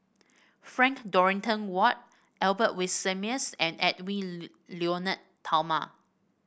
Frank Dorrington Ward Albert Winsemius and Edwy Lyonet Talma